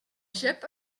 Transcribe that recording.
ship